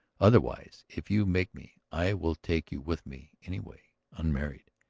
otherwise, if you make me, i will take you with me anyway, unmarried.